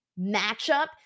matchup